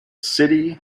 city